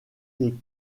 les